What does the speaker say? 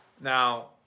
Now